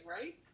right